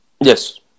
Yes